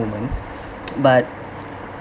moment but